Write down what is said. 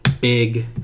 big